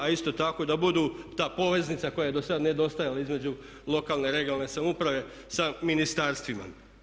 A isto tako da budu ta poveznica koja je dosad nedostajala između lokalne i regionalne samouprave sa ministarstvima.